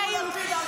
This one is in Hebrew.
זרקו לפיד על ברק.